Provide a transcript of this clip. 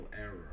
error